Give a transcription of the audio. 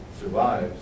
survives